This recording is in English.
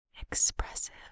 expressive